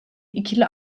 ikili